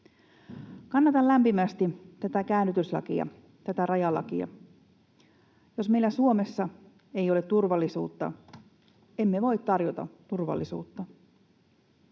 Kannatan lämpimästi tätä käännytyslakia, tätä rajalakia. Jos meillä Suomessa ei ole turvallisuutta, emme voi tarjota turvallisuutta.